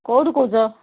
କେଉଁଠୁ କହୁଛ